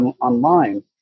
online